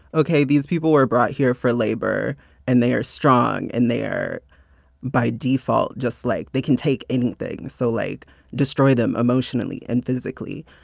okay, these people were brought here for labor and they are strong and they're, by default, just like, they can take anything. so like destroy them emotionally and physically.